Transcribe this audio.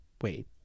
Wait